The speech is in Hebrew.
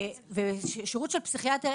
אבל אין שירות של פסיכיאטר.